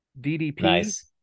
DDP